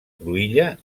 cruïlla